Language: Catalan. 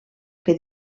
que